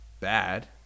Bad